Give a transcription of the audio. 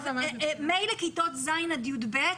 מילא כיתות ז' עד י"ב,